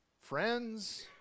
friends